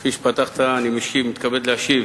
כפי שפתחת, אני מתכבד להשיב